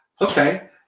Okay